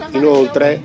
inoltre